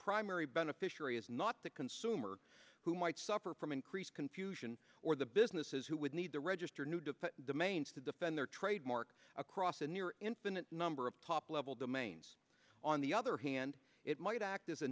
primary beneficiary is not the consumer who might suffer from increased confusion or the businesses who would need to register new to the manes to defend their trademark across a near infinite number of top level domains on the other hand it might act as a